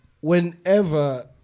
whenever